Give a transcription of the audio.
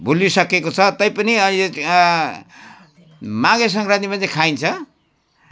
भुलिइसकेको छ तैपनि अहिले माघे सङ्क्रान्तिमा चाहिँ खाइन्छ